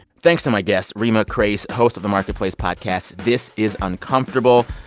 thanks to my guests reema khrais, host of the marketplace podcast this is uncomfortable.